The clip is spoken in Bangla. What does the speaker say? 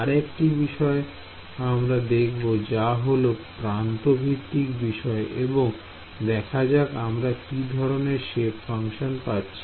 আরেকটি বিষয় আমরা দেখব যা হলো প্রান্ত ভিত্তিক বিষয় এবং দেখা যাক আমরা কি ধরনের সেপ ফাংশন পাচ্ছি